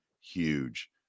huge